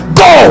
go